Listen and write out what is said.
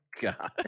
God